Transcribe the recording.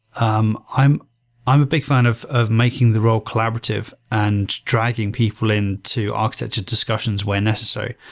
um i'm i'm a big fan of of making the role collaborative and dragging people in to architecture discussions where necessary.